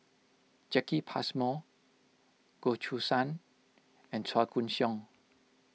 Jacki Passmore Goh Choo San and Chua Koon Siong